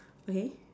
okay